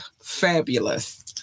Fabulous